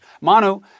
Manu